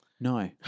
No